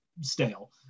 Stale